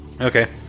Okay